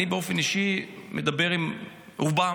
אני באופן אישי מדבר עם רובם,